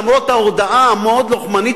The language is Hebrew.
למרות ההודעה המאוד לוחמנית,